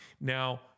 Now